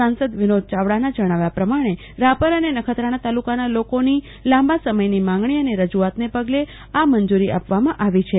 સાંસદ વિનોદ ચાવડાના જણાવ્યા પ્રમાણે રાપર અને નખત્રાણા તાલુકાના લોકોની લાંબા સમયની માંગણી અને રજૂઆતને પગલે મંજૂરી આપવામાં આવી છે